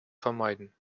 vermeiden